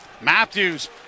Matthews